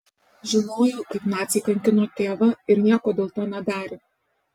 žinojo kaip naciai kankino tėvą ir nieko dėl to nedarė